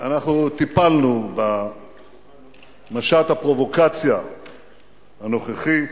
טיפלנו במשט הפרובוקציה הנוכחי.